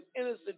innocent